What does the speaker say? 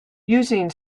using